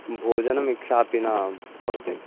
भोजनम् इच्छापि न भवति